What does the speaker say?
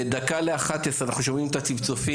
פשוט בדקה ל-11:00 אנחנו שומעים את הצפצופים.